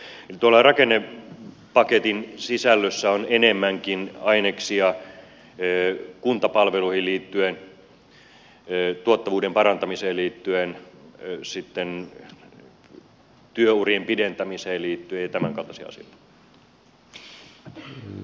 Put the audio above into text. tuolla rakennepaketin sisällössä on enemmänkin aineksia kuntapalveluihin liittyen tuottavuuden parantamiseen liittyen työurien pidentämiseen liittyen ja tämän kaltaisia asioita